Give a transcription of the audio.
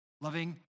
loving